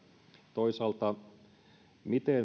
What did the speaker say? toisaalta siitä miten